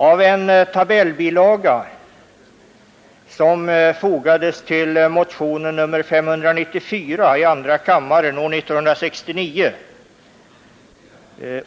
Av en tabellbilaga, som fogades till motionen 594 i andra kammaren år 1969